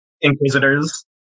inquisitors